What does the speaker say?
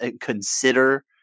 consider